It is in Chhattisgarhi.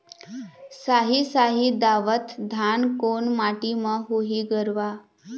साही शाही दावत धान कोन माटी म होही गरवा?